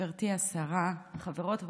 גברתי השרה, חברות וחברים,